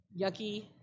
yucky